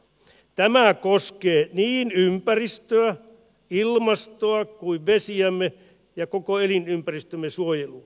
tämä koskee niin ympäristöä ilmastoa kuin vesiämme ja koko elinympäristömme suojelua